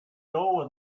dough